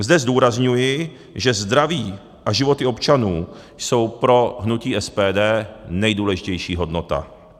Zde zdůrazňuji, že zdraví a životy občanů jsou pro hnutí SPD nejdůležitější hodnota.